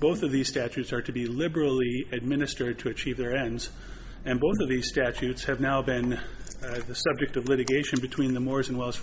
both of these statutes are to be liberally administered to achieve their ends and both of these statutes have now been the subject of litigation between the morris and wells